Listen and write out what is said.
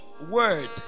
word